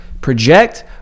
project